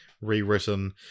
rewritten